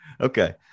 Okay